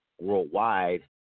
worldwide